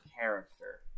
character